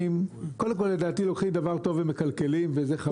קודם כל לדעתי לוקחים דבר טוב ומקלקלים וזה חבל.